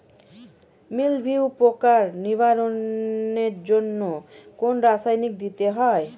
মিলভিউ পোকার নিবারণের জন্য কোন রাসায়নিক দিতে হয়?